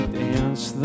dance